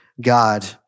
God